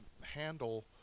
handle